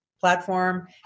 platform